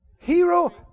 Hero